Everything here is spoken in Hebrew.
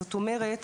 זאת אומרת,